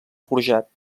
forjat